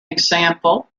example